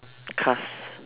cars